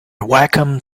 wacom